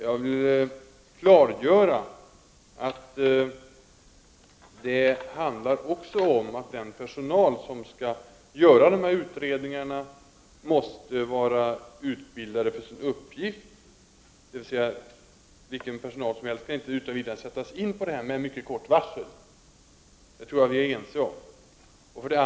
Jag vill klargöra att den personal som skall göra dessa utredningar måste vara utbildad för sin uppgift. Vilken personal som helst kan inte utan vidare sättas in med mycket kort varsel. Det tror jag vi är ense om.